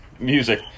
music